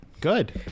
Good